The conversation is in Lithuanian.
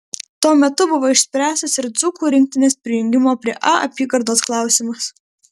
tuo metu buvo išspręstas ir dzūkų rinktinės prijungimo prie a apygardos klausimas